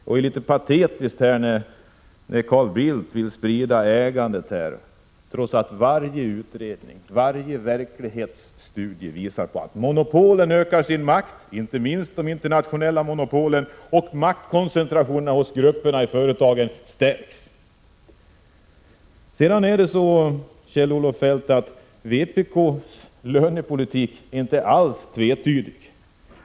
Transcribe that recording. Det verkar patetiskt när Carl Bildt säger sig vilja sprida ägandet, trots att varje utredning, varje verklighetsstudie, visar att monopolen ökar sin makt, inte minst det internationella monopolet, och att maktkoncentrationen i företagen ökar. Vpk:s lönepolitik är inte alls tvetydig, Kjell-Olof Feldt.